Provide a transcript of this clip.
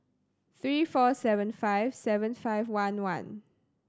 three four seven five seven five one one